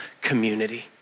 community